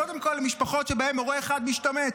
קודם כול למשפחות שבהן הורה אחד משתמט.